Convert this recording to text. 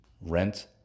rent